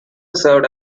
served